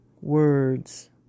words